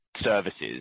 services